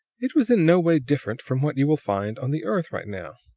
it was in no way different from what you will find on the earth right now.